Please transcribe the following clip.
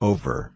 Over